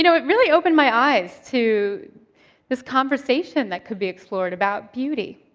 you know it really opened my eyes to this conversation that could be explored, about beauty.